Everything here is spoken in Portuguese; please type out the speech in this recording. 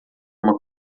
uma